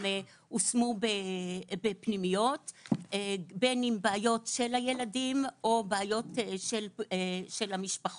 הם הושמו בפנימיות בין אם בעיות של הילדים או בעיות של המשפחות.